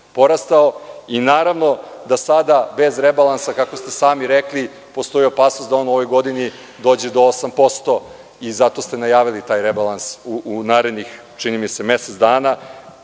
i naravno da sada, bez rebalansa, kako ste sami rekli, postoji opasnost da on u ovoj godini dođe do 8% i zato ste najavili taj rebalans u narednih, čini mi se, mesec dana. Mi